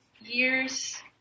years